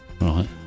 right